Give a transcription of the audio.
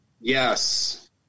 Yes